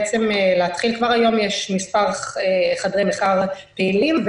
בעצם כבר היום יש מספר חדרי מחקר פעילים,